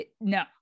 no